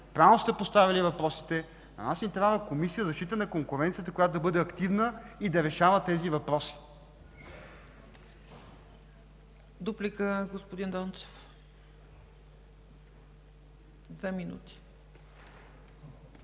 правилно сте поставили въпросите – на нас ни трябва Комисия за защита на конкуренцията, която да е активна и да решава тези въпроси.